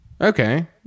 Okay